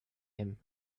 him